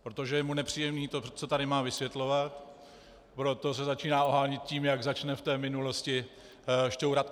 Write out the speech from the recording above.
Protože je mu nepříjemné to, co tady má vysvětlovat, proto se začíná ohánět tím, jak začne v minulosti šťourat.